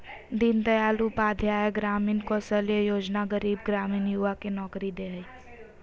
दीन दयाल उपाध्याय ग्रामीण कौशल्य योजना गरीब ग्रामीण युवा के नौकरी दे हइ